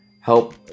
help